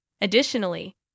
Additionally